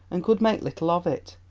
and could make little of it.